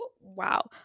Wow